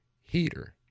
heater